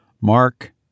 Mark